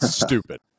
stupid